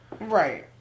Right